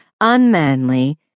Unmanly